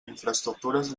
infraestructures